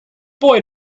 boy